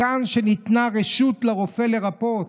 מכאן שניתנה רשות לרופא לרפא,